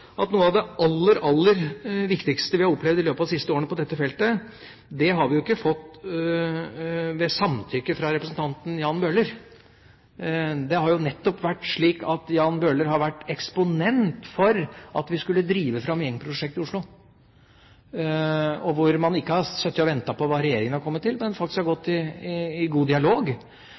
at noe av det aller, aller viktigste vi har opplevd i løpet av de siste årene på dette feltet, har vi ikke fått ved samtykke fra representanten Jan Bøhler. Det har nettopp vært slik at Jan Bøhler har vært eksponent for at vi skulle drive fram gjengprosjekter i Oslo. Man har ikke sittet og ventet på hva regjeringa har kommet til, men har faktisk gått i god dialog.